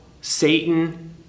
Satan